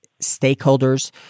stakeholders